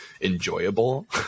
enjoyable